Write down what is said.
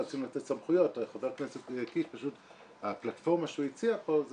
רצינו לתת סמכויות הפלטפורמה שהציע חבר הכנסת קיש